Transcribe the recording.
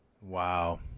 Wow